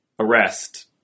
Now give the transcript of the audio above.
arrest